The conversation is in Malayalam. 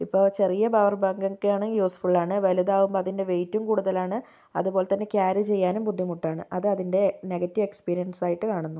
ഇപ്പോൾ ചെറിയ പവർ ബാങ്കൊക്കെയാണെ യൂസ്ഫുള്ളാണ് വലുതാകുമ്പം അതിൻ്റെ വെയിറ്റും കൂടുതലാണ് അതുപോലെ തന്നെ ക്യാരി ചെയ്യാനും ബുദ്ധിമുട്ടാണ് അത് അതിൻ്റെ നെഗറ്റീവ് എക്സ്പീരിയൻസായിട്ട് കാണുന്നു